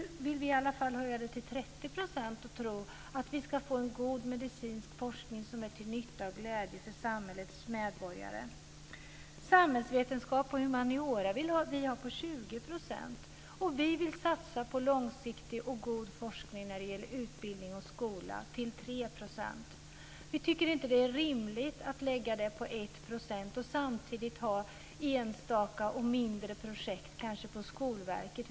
Nu vill vi i alla fall höja det till 30 % och tro att vi ska få en god medicinsk forskning som är till nytta och glädje för samhällets medborgare. Samhällsvetenskap och humaniora vill vi ska få 20 %. Vi vill satsa på långsiktig och god forskning när det gäller utbildning och skola och satsa 3 % på detta. Vi tycker inte att det är rimligt med 1 % för detta och samtidigt ha enstaka och mindre projekt på t.ex. Skolverket.